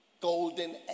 golden